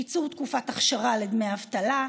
קיצור תקופת אכשרה לדמי אבטלה,